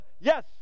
yes